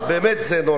באמת זה נורא.